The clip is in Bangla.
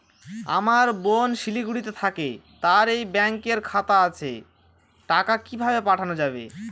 আমার বোন শিলিগুড়িতে থাকে তার এই ব্যঙকের খাতা আছে টাকা কি ভাবে পাঠানো যাবে?